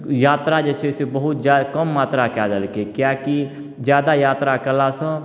यात्रा जे छै से बहुत जा कम मात्रा कऽ देलकै कियाकि ज्यादा यात्रा कएलासँ